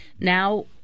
Now